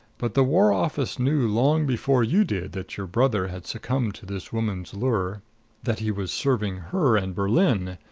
but the war office knew long before you did that your brother had succumbed to this woman's lure that he was serving her and berlin,